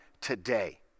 today